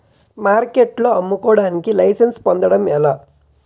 మార్కెట్లో అమ్ముకోడానికి లైసెన్స్ పొందడం ఎలా?